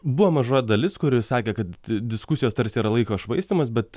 buvo maža dalis kuri sakė kad diskusijos tarsi yra laiko švaistymas bet